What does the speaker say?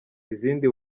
izindi